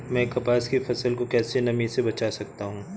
मैं कपास की फसल को कैसे नमी से बचा सकता हूँ?